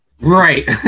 Right